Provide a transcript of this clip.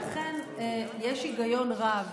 ואכן, יש היגיון רב